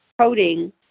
coding